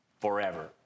forever